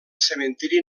cementiri